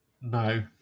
No